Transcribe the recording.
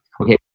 okay